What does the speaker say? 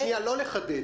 מהבית?